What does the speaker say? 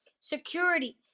security